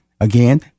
Again